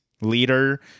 leader